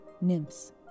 Nymphs